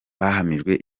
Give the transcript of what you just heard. bahamijwe